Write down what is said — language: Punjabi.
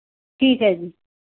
ਠੀਕ ਹੈ ਜੀ